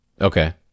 Okay